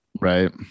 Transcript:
right